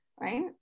right